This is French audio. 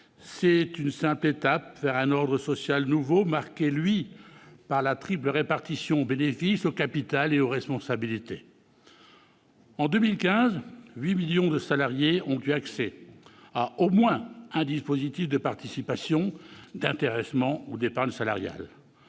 C'est une simple étape vers un ordre social nouveau, marqué, lui, par la triple répartition aux bénéfices, au capital et aux responsabilités. En 2015, 8 millions de salariés ont eu accès à au moins un dispositif de participation, d'intéressement ou d'épargne salariale.